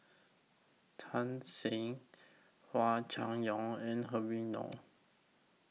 Tan Shen Hua Chai Yong and Habib Noh